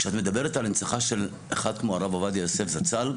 כשאת מדברת על הנצחה של אחד כמו הרב עובדיה יוסף זצ"ל,